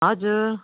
हजुर